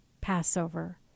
Passover